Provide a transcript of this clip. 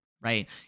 right